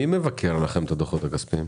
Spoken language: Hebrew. אגב, מי מבקר לכם את הדוחות הכספיים?